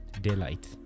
daylight